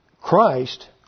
Christ